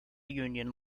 union